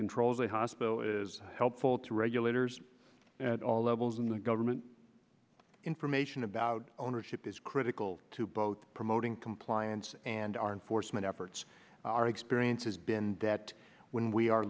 control hospital is helpful to regulators at all levels in the government information about ownership is critical to both promoting compliance and aren't foresman efforts our experience has been that when we are